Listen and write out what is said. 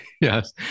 Yes